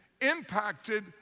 impacted